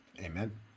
Amen